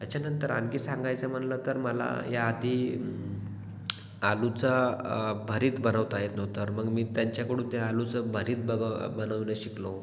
याच्यानंतर आणखी सांगायचं म्हणलं तर मला याआधी आलूचा भरीत बनवता येत नव्हता तर मग मी त्यांच्याकडून ते आलूचं भरीत बघ बनवणं शिकलो